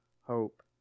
hope